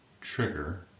trigger